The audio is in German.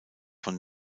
von